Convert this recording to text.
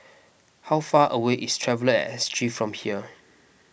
how far away is Traveller and S G from here